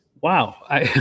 Wow